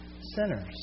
sinners